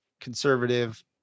conservative